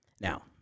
Now